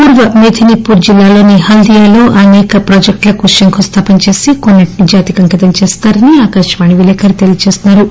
పూర్వ మేదినీపూర్ జిల్లాలోని హల్దియాలో అసేక ప్రాజెక్టులకు శంకుస్థాపన చేసి కొన్సింటిని జాతికి అంకితం చేస్తారని ఆకాశవాణి విలేఖ రి తెలియచేస్తున్నా రు